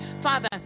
Father